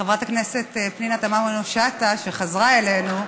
פנינה תמנו-שטה, שחזרה אלינו,